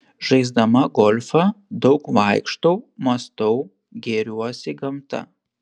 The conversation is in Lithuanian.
žaisdama golfą daug vaikštau mąstau gėriuosi gamta